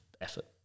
effort